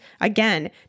Again